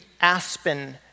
aspen